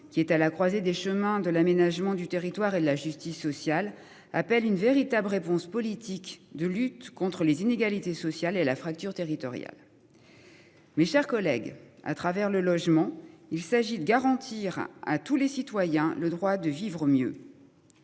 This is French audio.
qui est à la croisée des chemins de l'aménagement du territoire et la justice sociale appelle une véritables réponses politiques de lutte contre les inégalités sociales et la fracture territoriale. Mes chers collègues, à travers le logement. Il s'agit de garantir à tous les citoyens le droit de vivre mieux.